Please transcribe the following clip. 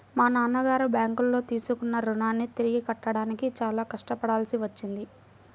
మా నాన్నగారు బ్యేంకులో తీసుకున్న రుణాన్ని తిరిగి కట్టడానికి చాలా కష్టపడాల్సి వచ్చింది